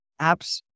apps